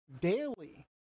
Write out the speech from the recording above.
daily